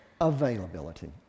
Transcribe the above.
availability